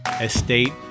estate